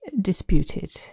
disputed